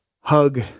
Hug